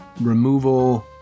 removal